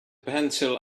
pencil